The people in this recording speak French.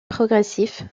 progressif